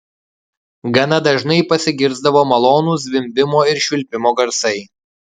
gana dažnai pasigirsdavo malonūs zvimbimo ir švilpimo garsai